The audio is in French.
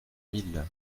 mille